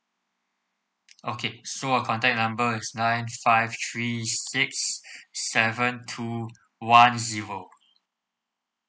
okay so her contact number is nine five three six seven two one zero